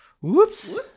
Whoops